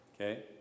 okay